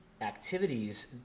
activities